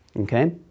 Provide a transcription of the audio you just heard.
Okay